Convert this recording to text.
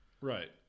Right